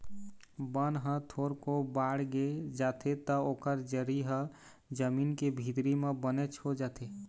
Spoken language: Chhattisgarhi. बन ह थोरको बाड़गे जाथे त ओकर जरी ह जमीन के भीतरी म बनेच हो जाथे